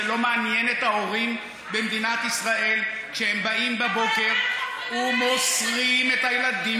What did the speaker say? זה לא מעניין את ההורים במדינת ישראל כשהם באים בבוקר ומוסרים את הילדים